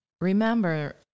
Remember